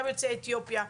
גם יוצאי אתיופיה,